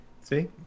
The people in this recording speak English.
see